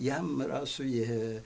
yeah yeah